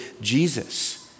Jesus